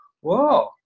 whoa